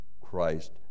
Christ